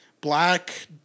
black